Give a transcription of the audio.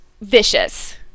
vicious